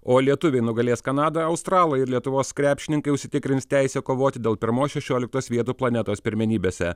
o lietuviai nugalės kanadą australai ir lietuvos krepšininkai užsitikrins teisę kovoti dėl pirmos šešioliktos vietų planetos pirmenybėse